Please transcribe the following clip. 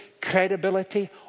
credibility